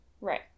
right